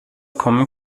kommen